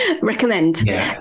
recommend